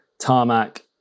Tarmac